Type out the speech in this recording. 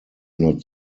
not